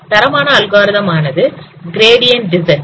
தரமான அல்காரிதம் ஆனது gradient descent